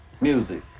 music